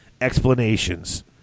explanations